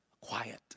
quiet